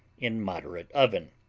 in moderate oven.